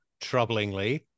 troublingly